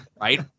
right